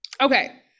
Okay